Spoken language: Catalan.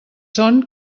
son